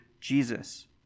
Jesus